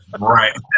Right